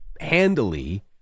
handily